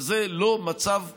וזה לא מצב פשוט,